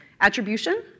attribution